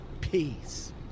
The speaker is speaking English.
Peace